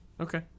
Okay